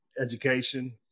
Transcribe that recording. education